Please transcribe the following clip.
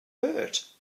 hurt